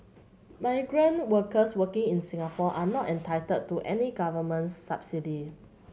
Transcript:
migrant workers working in Singapore are not entitled to any Government subsidy